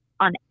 on